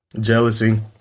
jealousy